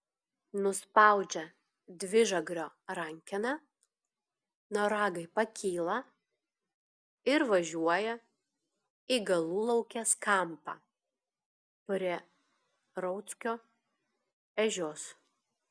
nuspaudžia dvižagrio rankeną noragai pakyla ir važiuoja į galulaukės kampą prie rauckio ežios